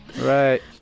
Right